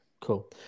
Cool